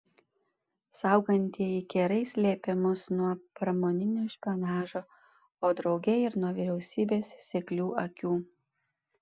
saugantieji kerai slėpė mus nuo pramoninio špionažo o drauge ir nuo vyriausybės seklių akių